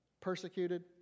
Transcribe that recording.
persecuted